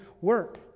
work